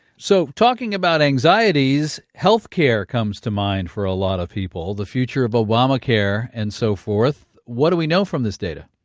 so talking about anxieties, health care comes to mind for a lot of people, the future of obamacare and so forth. what do we know from this data?